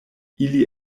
ili